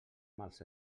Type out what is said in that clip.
mals